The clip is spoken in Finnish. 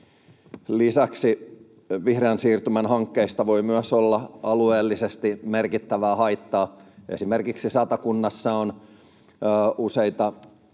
Lisäksi vihreän siirtymän hankkeista voi myös olla alueellisesti merkittävää haittaa. Esimerkiksi Satakunnassa on useita